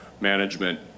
management